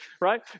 right